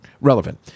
relevant